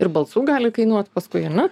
ir balsų gali kainuot paskui ane